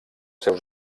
seus